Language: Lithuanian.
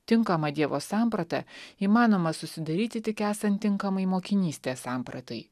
tinkamą dievo sampratą įmanoma susidaryti tik esant tinkamai mokinystės sampratai